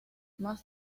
más